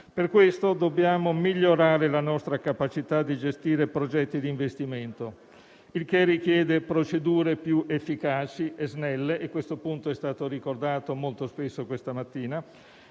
Per questo, dobbiamo migliorare la nostra capacità di gestire progetti di investimento, il che richiede procedure più efficaci e snelle (questo punto è stato ricordato molto spesso questa mattina)